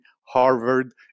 Harvard